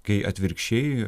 kai atvirkščiai